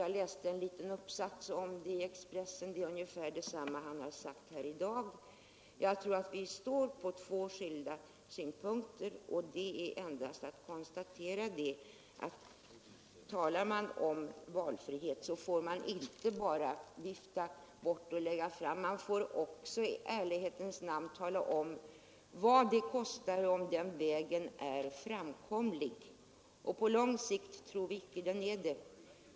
Jag läste en liten uppsats av honom i Expressen, och den innehöll ungefär detsamma som han har sagt i dag. Jag tror att vi står på två skilda utgångspunkter, och det är endast att konstatera att man, om man talar om valfrihet, inte bara får vifta bort och lägga fram argument. Man får också i ärlighetens namn tala om vad det hela kostar, om det visar sig att den vägen är framkomlig och på lång sikt tror vi inte att den är det.